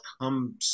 come